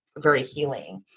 very healing.